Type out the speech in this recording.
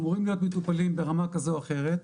אמורים להיות מטופלים ברמה כזאת או אחרת,